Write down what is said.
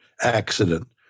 accident